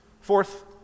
Fourth